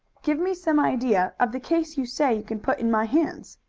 give me some idea of the case you say you can put in my hands.